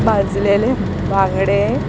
भाजलेले बांगडे